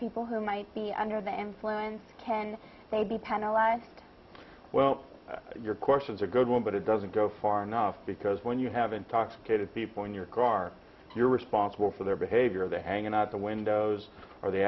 people whom i'd be under the influence ten they would be penalize well your questions a good one but it doesn't go far enough because when you have intoxicated people in your car you're responsible for their behavior they're hanging out the windows are they